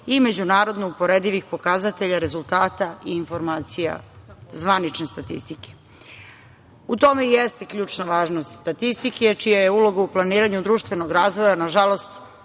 i međunarodno uporedivih pokazatelja rezultata i informacija zvanične statistike. U tome jeste ključna važnost statistike, čija je uloga u planiranju društvenog razvoja nažalost